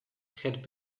had